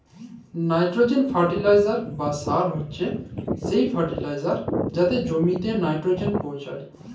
nitrogen fertiliser বা সার হছে সে ফার্টিলাইজার যাতে জমিল্লে লাইট্রোজেল পৌঁছায়